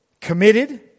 committed